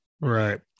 Right